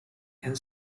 and